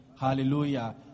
Hallelujah